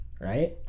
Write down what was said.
right